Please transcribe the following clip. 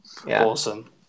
awesome